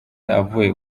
avuye